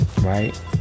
Right